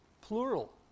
Plural